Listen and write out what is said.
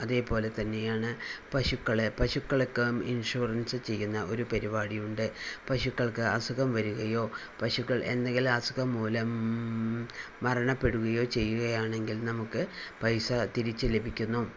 അതേപോലെ തന്നെയാണ് പശുക്കളെ പശുക്കൾക്ക് ഇൻഷുറൻസ് ചെയ്യുന്ന ഒരു പരിപാടിയുണ്ട് പശുക്കൾക്ക് അസുഖം വരികയോ പശുക്കൾ എന്തെങ്കിലും അസുഖം മൂലം മരണപ്പെടുകയോ ചെയ്യുകയാണെങ്കിൽ നമുക്ക് പൈസ തിരിച്ച് ലഭിക്കുന്നു